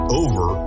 over